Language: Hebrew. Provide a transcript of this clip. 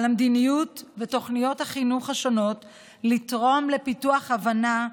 על המדיניות ותוכניות החינוך השונות לתרום לפיתוח הבנה,